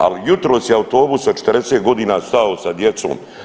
Ali jutros je autobus sa 40 godina stao sa djecom.